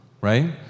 right